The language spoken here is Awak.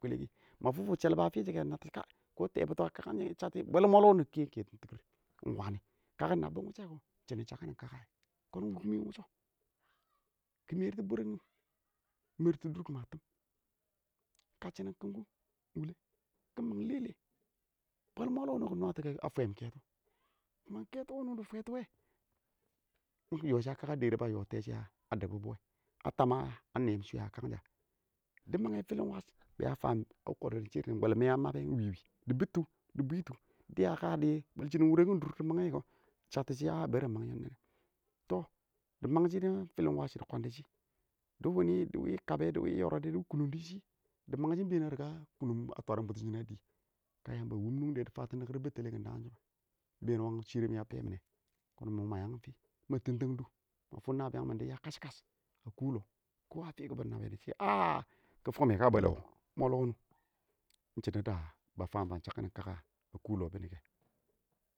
ma fʊ fʊ shɛlbɔ a fi shʊ wɛ kɔ tɛbutɔ a kakanshɛ kɛ shɪ bɔl mɔlo wɯnɪ kɛn kɛton tɪkɪr ɪng wani kaki nabbu wushɛ kɔ ɪng shinin chabkin kaka kɔn wukomin ɪng wushi kɪ mɛr tu dɪ bwerɛ wɪ kaki mɛrtʊ dʊr kumɛ a tʊm ɪng kɪ mɛro dʊr kumɛ a tʊm ɪng kə shidun kunking wulɛ kɪma lɛlɛ bwal mɔlɔ wuni kɪ nwatuwɛ a fwɛm kɛtɔ bwal kɛtʊ wʊni dɪ fwɛtʊ wɛ ɪng lɔ shɪ dɛrɪ ba yɔ a kaka mangbʊ tɛɛ shiyɛ a di bʊbʊwɛ a tam a nɛm shɪ shwɪyan sha kang sha dɪ mangɛ filim wash bɛɛ a faam a mam bwal kʊdʊ shɪrr, bwɛl mɛɛ a mab wɛ a bɪm dɪ bwitʊ dɪ bwitʊ dɪya kə shɪdo bwal wʊrɛkin dʊr dɪ mangɛ kɪ tabshiya ɪng mang dɪ mang chi wɪ fillin wash dɪ kwandi shɪ, dɪ wini dɪ wii kabɛ dɪ wɪ yiridɛ dɪ wɪ kʊnʊng dɪ shɪ dɪ mang shɪ ɪng bɛɛn a a kʊnnʊm a twarʊm bʊtʊn shɪn a dɪ kə yamba wʊm nʊng dɛ fatin nakɪr bɛttɛlɪ kʊ ɪng daarshɔ ɪng wangɛ shirɛmi a bang mɪnɛ kɔn mʊ ma yang fɪ ma titen dʊ ma fʊ nabɪyang mɪn dɪ ya kashkash a kʊ lɔ bɪ nabɛ shɪ kɪ fʊk mɪ kə bwal mɔlwɔ ɪng shɪdo da ba fan chakkin kaka a kʊlɔ bɪnɪ kɛ.